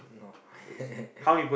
no